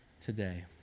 today